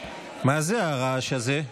מה זה הרעש הזה?